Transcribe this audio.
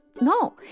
no